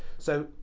so,